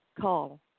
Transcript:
call